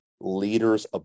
leader's